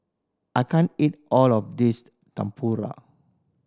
I can't eat all of this Tempura